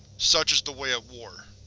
such is the way of war.